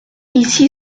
ici